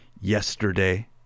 yesterday